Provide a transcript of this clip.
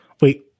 Wait